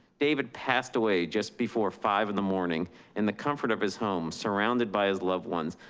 david passed away just before five in the morning in the comfort of his home, surrounded by his loved ones,